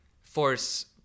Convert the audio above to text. force